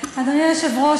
אדוני היושב-ראש,